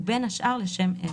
ובין השאר לשם אלה: